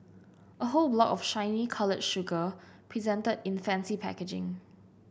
a whole block of shiny coloured sugar presented in fancy packaging